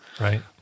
Right